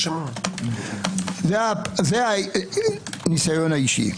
זה הניסיון האישי.